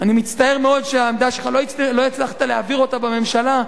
אני מצטער מאוד שלא הצלחת להעביר את העמדה שלך בממשלה,